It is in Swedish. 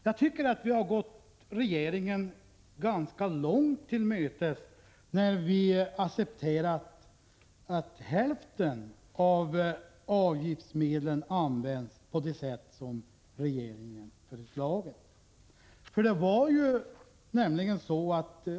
Jag tycker att vi har gått regeringen ganska långt till mötes när vi har accepterat att hälften av avgiftsmedlen används på det sätt som regeringen föreslagit.